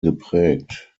geprägt